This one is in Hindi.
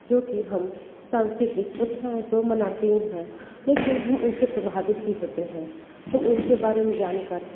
जो कि हम सांस्कृतिक प्रथाएं तो मनाते ही हैं लेकिन हम उन से प्रभावित भी होते हैं हम उन के बारे में जान कर